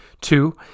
Two